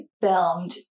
filmed